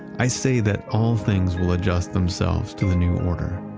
i say that all things will adjust themselves to the new order.